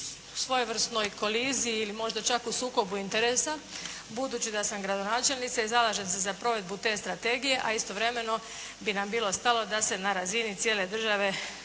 svojevrsnoj kolizi ili možda čak u sukobu interesa budući da sam gradonačelnica i zalažem se za provedbu te strategije, a istovremeno bi nam bilo stalo da se na razini cijele države